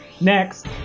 Next